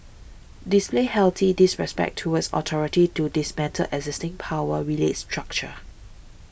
display healthy disrespect towards authority to dismantle existing power relates structure